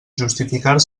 justificar